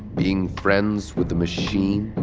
being friends with a machine?